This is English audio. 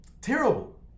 Terrible